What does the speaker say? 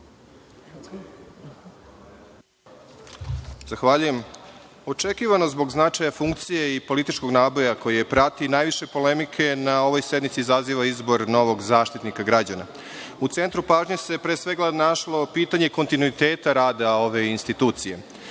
Zahvaljujem. Očekivano, zbog značaja funkcije i političkog naboja koji je prati, najviše polemike na ovoj sednici izaziva izbor novog Zaštitnika građana. U centru pažnje se, pre svega, našlo pitanje kontinuiteta rada ove institucije.